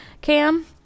cam